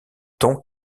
ton